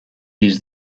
used